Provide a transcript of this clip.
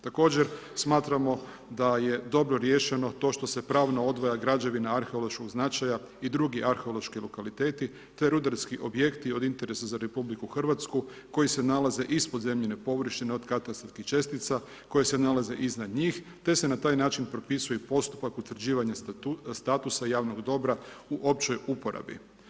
Također smatramo da je dobro riješeno to što se pravno odvaja građevina arheološkog značaja i drugi arheološki lokaliteti te rudarski objekti od interesa za RH koji se nalaze ispod zemljine površine od katastarskih čestica koje se nalaze iznad njih te se na taj način propisuje i postupak utvrđivanja statusa javnog dobra u općoj uporabi.